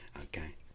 okay